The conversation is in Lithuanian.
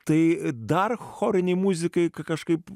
tai dar chorinei muzikai kažkaip